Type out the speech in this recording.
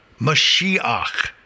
Mashiach